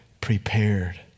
prepared